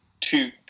two